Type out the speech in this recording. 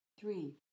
three